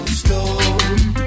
slow